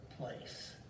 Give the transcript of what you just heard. place